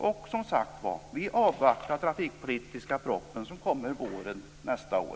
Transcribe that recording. Och vi avvaktar, som sagt var, den trafikpolitiska propositionen som kommer under våren nästa år.